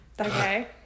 Okay